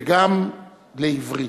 וגם לעברית.